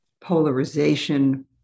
polarization